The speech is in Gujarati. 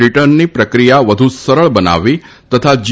રિટર્નની પ્રક્રિયા વધુ સરળ બનાવવી તથા જી